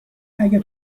اگه